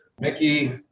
Mickey